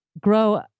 grow